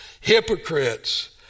hypocrites